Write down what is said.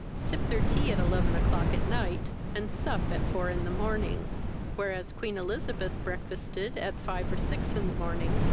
sip their tea at eleven o'clock at night, and sup at four in the morning whereas queen elizabeth breakfasted at five or six in the morning,